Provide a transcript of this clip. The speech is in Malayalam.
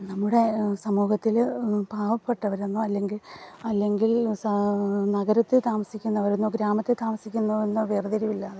നമ്മുടെ സമൂഹത്തില് പാവപ്പെട്ടവരെന്നോ അല്ലെങ്കില് അല്ലങ്കിൽ സാ നഗരത്തില് താമസിക്കുന്നവരെന്നോ ഗ്രാമത്തില് താമസിക്കുന്നവരെന്നോ വേർതിരിവില്ലാതെ